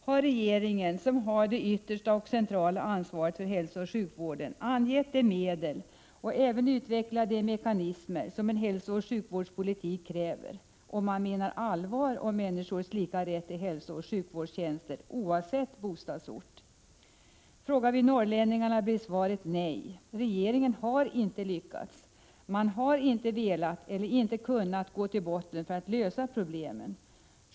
Har regeringen, som har det yttersta och centrala ansvaret för hälsooch sjukvården, angett de medel och även utvecklat de mekanismer som en hälsooch sjukvårdspolitik kräver och menar man allvar med talet om människors lika rätt till hälsooch sjukvårdstjänster oavsett bostadsort? Frågar man oss norrlänningar, blir svaret nej. Regeringen har inte lyckats. Man har inte velat eller inte kunnat gå till botten för att lösa problemen.